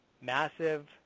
massive